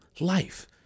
life